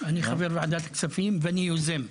אני גם חבר בוועדת הכספים אבל אני יוזם.